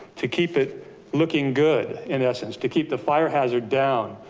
to keep it looking good, in essence, to keep the fire hazard down,